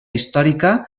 històrica